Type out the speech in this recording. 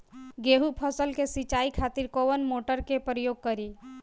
गेहूं फसल के सिंचाई खातिर कवना मोटर के प्रयोग करी?